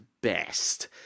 best